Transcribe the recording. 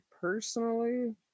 personally